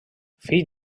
fill